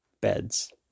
beds